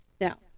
Now